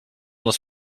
les